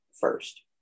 first